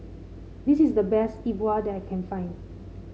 this is the best Yi Bua that I can find